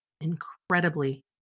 incredibly